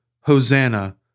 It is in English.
Hosanna